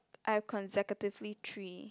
I have consecutively three